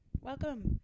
welcome